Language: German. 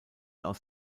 aus